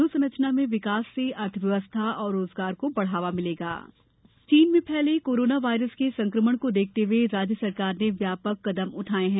अधोसंरचना में विकास से अर्थव्यवस्था और रोजगार को बढ़ावा मिलेगा कोरोना वायरस चीन में फैले कोरोना वायरस के संकमण को देखते हुए राज्य सरकार ने व्यापक कदम उठाये हैं